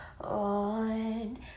on